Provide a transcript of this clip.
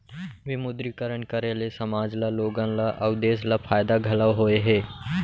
विमुद्रीकरन करे ले समाज ल लोगन ल अउ देस ल फायदा घलौ होय हे